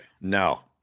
No